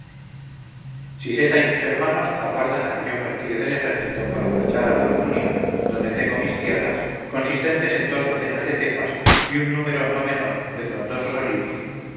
solitario siseta y sus hermanos aguardan a que yo me retire del ejército para marchar a la almunia donde tengo mis tierras consistentes en dos docenas de cepas y un número no menor de frondosos olivos